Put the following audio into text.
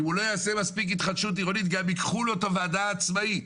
אם הוא לא יעשה מספיק התחדשות עירונית גם ידחו לו את הוועדה עצמאית.